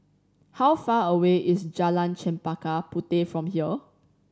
how far away is Jalan Chempaka Puteh from here